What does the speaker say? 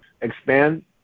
expand